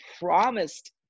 promised